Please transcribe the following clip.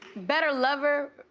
better lover,